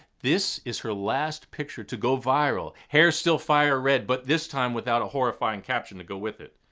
this is her last picture to go viral. hair's still fire red, but this time without a horrifying caption to go with it.